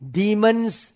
demons